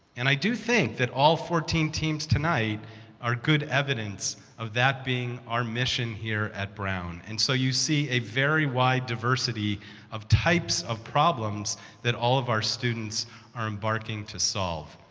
and i do think that all fourteen teams tonight are good evidence of that being our mission here at brown. and so you see a very wide diversity of types of problems that all of our students are embarking to solve.